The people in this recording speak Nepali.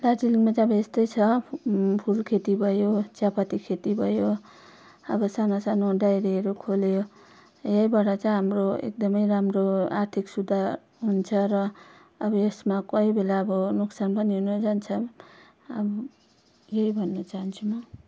दार्जिलिङमा चाहिँ अब यस्तै छ फुलखेती भयो चियापत्ती खेती भयो अब सानोसानो डाइरीहरू खोल्यो यहीँबाट चाहिँ हाम्रो एकदमै राम्रो आर्थिक सुधार हुन्छ र अब यसमा कोही बेला अब नोक्सान पनि हुनजान्छ अब यही भन्न चाहन्छु म